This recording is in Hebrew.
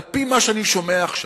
על-פי מה שאני שומע עכשיו,